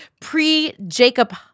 pre-Jacob